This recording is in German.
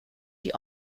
die